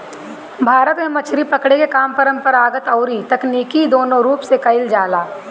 भारत में मछरी पकड़े के काम परंपरागत अउरी तकनीकी दूनो रूप से कईल जाला